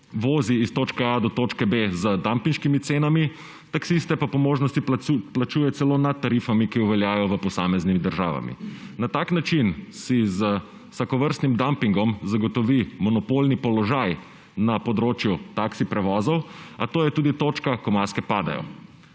vozi iz točke A do točke B z dumpinškimi cenami, taksiste pa po možnosti plačuje celo nad tarifami, ki veljajo v posameznih državah. Na tak način si z vsakovrstnim »dumpingom«« zagotovi monopolni položaj na področju taksi prevozov, a to je tudi točka, ko maske padajo.